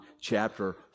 chapter